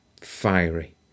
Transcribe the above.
fiery